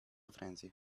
frenzy